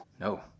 No